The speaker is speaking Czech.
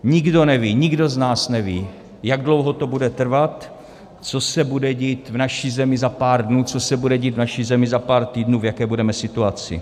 Nikdo neví, nikdo z nás neví, jak dlouho to bude trvat, co se bude dít v naší zemi za pár dnů, co se bude dít v naší zemi za pár týdnů, v jaké budeme situaci.